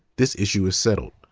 this issue is settled.